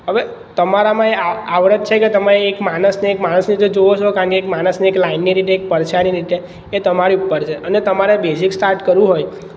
હવે તમારામાં એ આવડત છે કે તમે એક માણસને એક માણસની રીતે જુઓ છો કારણ કે એક માણસને એક લાઇનની રીતે એક પડછાયાની રીતે એ તમારી ઉપર છે અને તમારે બેઝિક સ્ટાટ કરવું હોય